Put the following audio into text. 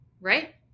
right